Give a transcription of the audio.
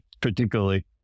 particularly